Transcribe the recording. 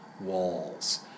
walls